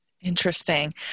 Interesting